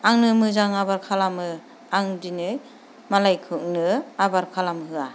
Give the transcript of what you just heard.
आंनो मोजां आबोर खालामो आं दिनै मालायफोरनो आबोर खालामनो होआ